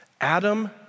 Adam